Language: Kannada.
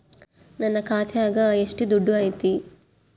ನನ್ನ ಖಾತ್ಯಾಗ ಎಷ್ಟು ದುಡ್ಡು ಐತಿ?